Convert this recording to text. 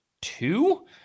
two